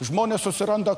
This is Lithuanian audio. žmonės susiranda